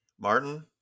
Martin